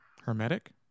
hermetic